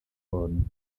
worden